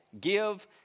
give